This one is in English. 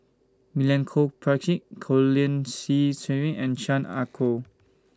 Milenko Prvacki Colin Qi Zhe Quan and Chan Ah Kow